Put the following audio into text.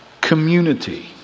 community